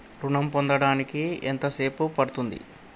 ఋణం పొందడానికి ఎంత సేపు పడ్తుంది?